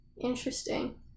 Interesting